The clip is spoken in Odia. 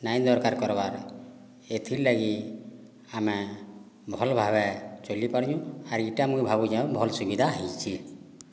ନାଇଁ ଦରକାର କର୍ବାର୍ ଏଥିର୍ଲାଗି ଆମେ ଭଲ୍ ଭାବେ ଚଲି ପାରୁଚୁଁ ଆର୍ ଇଟା ମୁଇଁ ଭାବୁଚେ ଭଲ୍ ସୁବିଧା ହେଇଚେଁ